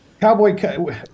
Cowboy